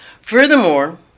Furthermore